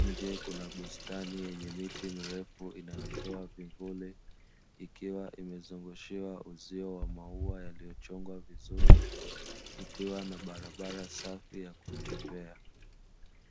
nje kuna bustani yenye miti mirefu inayotoa vimvuli, ikiwa imezungushiwa uzio wa maua yaliyochongwa vizuri kukiwa na barabara safi ya kutembea.